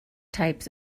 types